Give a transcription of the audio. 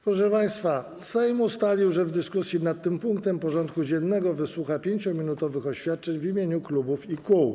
Proszę państwa, Sejm ustalił, że w dyskusji nad tym punktem porządku dziennego wysłucha 5-minutowych oświadczeń w imieniu klubów i kół.